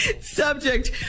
Subject